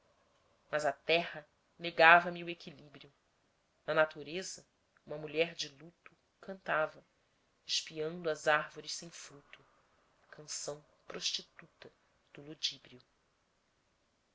mas a terra negava me o equilíbrio na natureza uma mulher de luto cantava espiando as árvores sem fruto a canção prostituta do ludíbrio